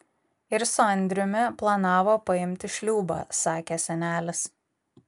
ir su andriumi planavo paimti šliūbą sakė senelis